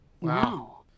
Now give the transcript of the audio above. Wow